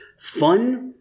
fun-